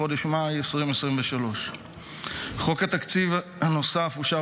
בחודש מאי 2023. חוק התקציב הנוסף אושר